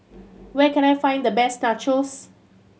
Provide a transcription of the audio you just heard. where can I find the best Nachos